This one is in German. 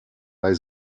weil